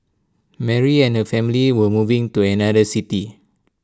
Mary and her family were moving to another city